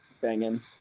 banging